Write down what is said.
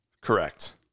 Correct